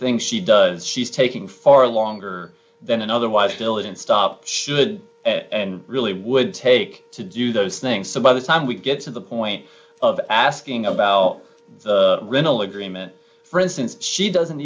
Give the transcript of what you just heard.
thing she does she's taking far longer than an otherwise diligent stop should and really would take to do those things so by the time we get to the point of asking about the rental agreement for instance she doesn't